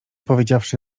powiedziawszy